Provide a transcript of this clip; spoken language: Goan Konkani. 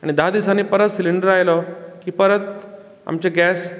आनी धा दिसांनी परत सिलेंडर आयलो की परत आमचें गेस